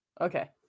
okay